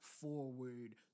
forward